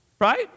right